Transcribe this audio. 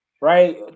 right